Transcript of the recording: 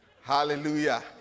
hallelujah